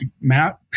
Matt